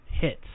hits